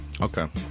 Okay